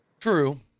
True